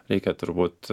reikia turbūt